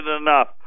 enough